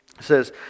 says